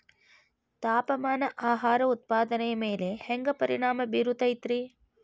ತಾಪಮಾನ ಆಹಾರ ಉತ್ಪಾದನೆಯ ಮ್ಯಾಲೆ ಹ್ಯಾಂಗ ಪರಿಣಾಮ ಬೇರುತೈತ ರೇ?